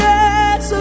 Yes